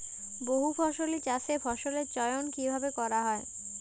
বহুফসলী চাষে ফসলের চয়ন কীভাবে করা হয়?